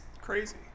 crazy